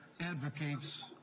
advocates